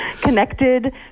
connected